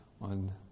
on